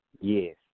Yes